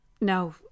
No